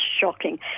shocking